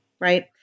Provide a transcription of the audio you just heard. right